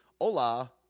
hola